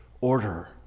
Order